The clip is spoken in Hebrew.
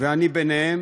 ואני ביניהם,